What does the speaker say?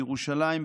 בירושלים,